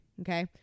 okay